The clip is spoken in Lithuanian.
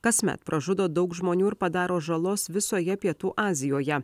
kasmet pražudo daug žmonių ir padaro žalos visoje pietų azijoje